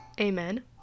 Amen